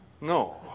No